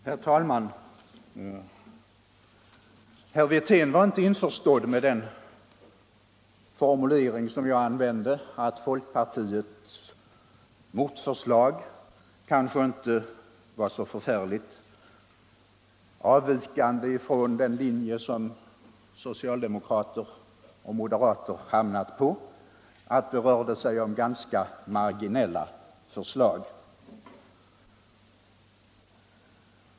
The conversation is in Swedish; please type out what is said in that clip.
Herr talman! Herr Wirtén var inte införstådd med den formulering som jag använde, nämligen att folkpartiets motförslag kanske inte avviker så särskilt mycket från den linje som socialdemokrater och moderater hamnat på och att det rör sig om ganska marginella förslag.